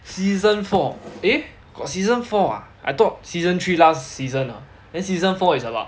season four eh got season four ah I thought season three last season ah then season four is about